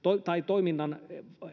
toiminnan